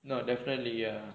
oh definitely ya